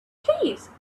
please